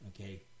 Okay